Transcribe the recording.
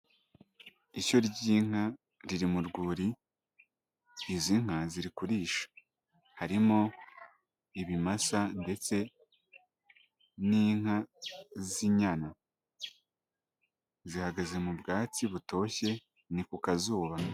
Ishyo ry'inka riri mu rwuri, izi nka ziri kurisha, harimo ibimasa ndetse n'inka z'inyana, zihagaze mu bwatsi butoshye ni ku kazuba.